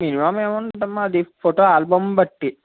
అది ఫోటో ఆల్బమ్ని బట్టి